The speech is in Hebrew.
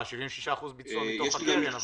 76% ביצוע מתוך הקרן.